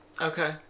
Okay